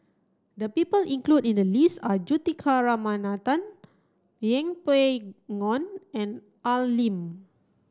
the people included in the list are Juthika Ramanathan Yeng Pway Ngon and Al Lim